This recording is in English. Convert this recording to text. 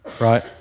right